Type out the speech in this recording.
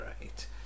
right